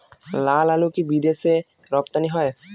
লালআলু কি বিদেশে রপ্তানি হয়?